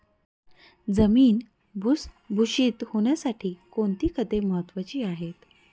जमीन भुसभुशीत होण्यासाठी कोणती खते महत्वाची आहेत?